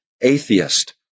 Atheist